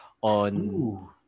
on